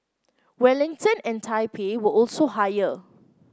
Wellington and Taipei were also higher